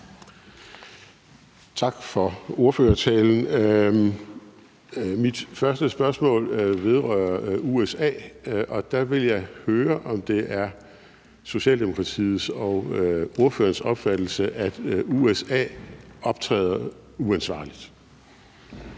Tak for ordførertalen. Mit første spørgsmål vedrører USA, og der vil jeg høre, om det er Socialdemokratiet og ordførerens opfattelse, at USA optræder uansvarligt. Kl.